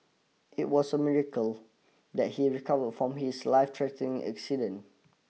it was a miracle that he recovered from his life threatening accident